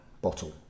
bottle